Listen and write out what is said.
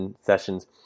sessions